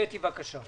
קטי, בבקשה.